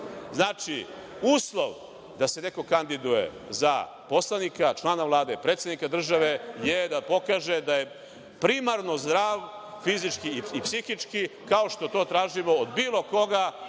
vreme. Znači, uslov da se neko kandiduje za poslanika, člana Vlade, predsednika države je da pokaže da je primarno zdrav fizički i psihički, kao što to tražimo od bilo koga